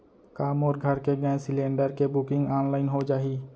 का मोर घर के गैस सिलेंडर के बुकिंग ऑनलाइन हो जाही?